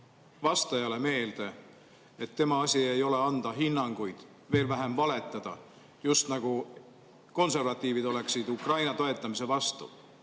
vastajale meelde, et tema asi ei ole anda hinnanguid, veel vähem valetada, just nagu konservatiivid oleksid Ukraina toetamise vastu.